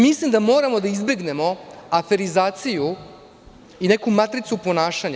Mislim da moramo da izbegnemo aferizaciju i neku matricu ponašanja.